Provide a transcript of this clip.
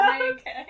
Okay